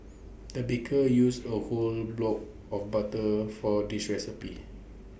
the baker used A whole block of butter for this recipe